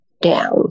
down